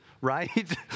right